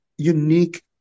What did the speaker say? unique